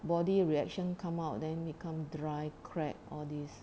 body reaction come out then become dry cracked all this